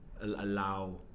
allow